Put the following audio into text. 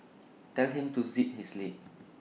tell him to zip his lip